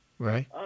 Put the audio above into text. Right